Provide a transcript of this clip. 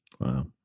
Wow